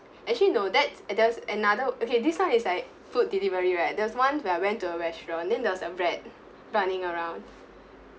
actually no that's there was another okay this one is like food delivery right there was once where I went to a restaurant then there was a rat running around